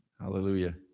Hallelujah